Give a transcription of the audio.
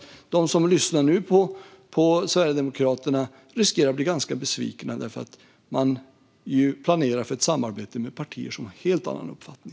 De som lyssnar på Sverigedemokraterna nu riskerar att bli ganska besvikna därför att man planerar för ett samarbete med partier som har en helt annan uppfattning.